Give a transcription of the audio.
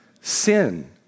Sin